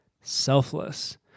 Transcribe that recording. selfless